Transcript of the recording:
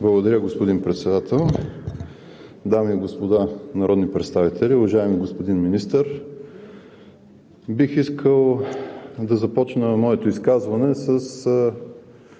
Благодаря, господин Председател. Дами и господа народни представители, уважаеми господин Министър! Бих искал да започна моето изказване с